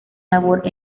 labor